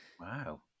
Wow